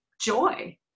joy